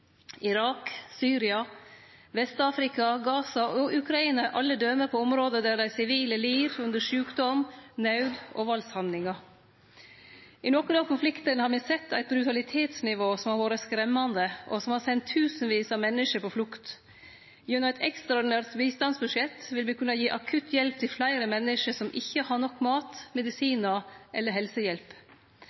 Irak, Syria, Vest-Afrika, Gaza og Ukraina er alle døme på område der dei sivile lir under sjukdom, naud og valdshandlingar. I nokre av konfliktane har me sett eit brutalitetsnivå som har vore skremmande, og som har sendt tusenvis av menneske på flukt. Gjennom eit ekstraordinært bistandsbudsjett vil me kunne gi akutt hjelp til fleire menneske som ikkje har nok mat, medisinar eller helsehjelp.